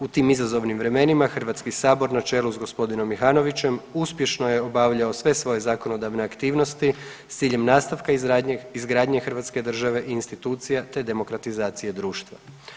U tim izazovnim vremena HS na čelu s g. Mihanovićem uspješno je obavljao sve svoje zakonodavne aktivnosti s ciljem nastavka izgradnje hrvatske države i institucija, te demokratizacije društva.